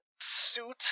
suit